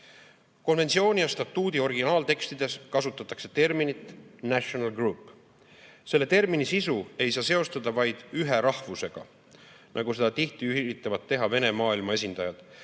arvul. Konventsiooni ja statuudi originaaltekstides kasutatakse terminitnational group. Selle termini sisu ei saa seostada vaid ühe rahvusega, nagu seda tihti üritavad teha Vene maailma esindajad,